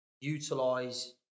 utilize